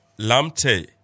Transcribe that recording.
Lamte